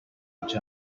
each